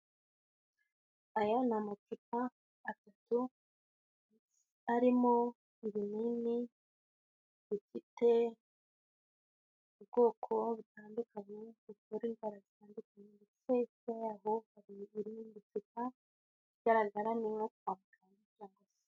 Aya ni amacupa atatu arimo urinini rifite ubwoko butandukanyekora bararatandukanye ndetse y'aho hariindi kika igaragara ni yo kuwa gatandatu gusa.